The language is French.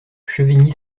chevigny